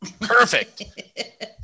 Perfect